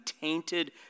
tainted